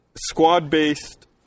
squad-based